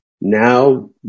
Now